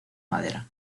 madera